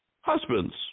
husbands